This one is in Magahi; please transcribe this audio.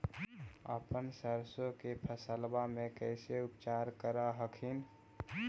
अपन सरसो के फसल्बा मे कैसे उपचार कर हखिन?